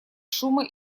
шума